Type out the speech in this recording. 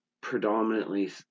predominantly